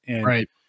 Right